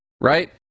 right